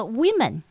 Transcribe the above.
women